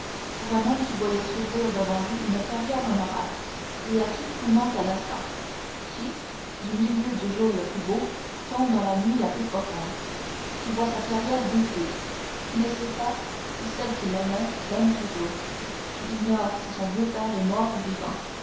pour un homme qui voyait s'ouvrir devant lui une carrière honorable et à qui tout manque à l'instant qui du milieu du jour le plus beau tombe dans la nuit la plus profonde qui voit sa carrière détruite qui ne sait si celle qui l'aimait l'aime toujours qui ignore si son vieux père est mort ou vivant